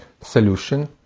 Solution